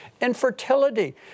Infertility